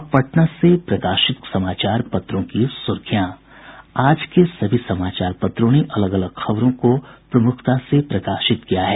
अब पटना से प्रकाशित प्रमुख समाचार पत्रों की सुर्खियां आज के सभी समाचार पत्रों ने अलग अलग खबरों को प्रमुखता से प्रकाशित किया है